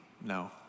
no